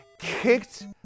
kicked